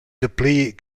dapli